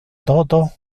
toto